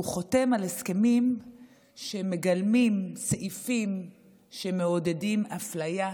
והוא חותם על הסכמים שמגלמים סעיפים שמעודדים אפליה,